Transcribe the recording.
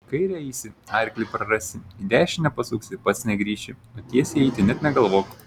į kairę eisi arklį prarasi į dešinę pasuksi pats negrįši o tiesiai eiti net negalvok